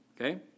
okay